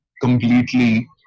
completely